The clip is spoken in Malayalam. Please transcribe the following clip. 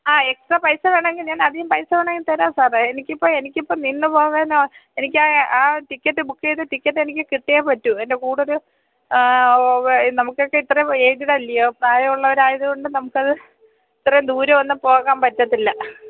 ആ എക്സ്ട്രാ പൈസ വേണമെങ്കില് ഞാൻ അധികം പൈസ വേണമെങ്കില് തരാം സാറേ എനിക്കിപ്പോള് എനിക്കിപ്പോള് നിന്നു പോവാൻ എനിക്ക് ആ ആ ടിക്കറ്റ് ബുക്കെയ്ത ടിക്കറ്റ് എനിക്ക് കിട്ടിയേ പറ്റൂ എന്റെ കൂടൊരു നമുക്കൊക്കെ ഇത്രയും എയിജിഡ് അല്ലെയോ പ്രായം ഉള്ളവരായതുകൊണ്ട് നമുക്കത് ഇത്രയും ദൂരം ഒന്നും പോകാൻ പറ്റത്തില്ല